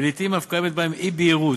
ולעתים אף קיימת בהם אי-בהירות.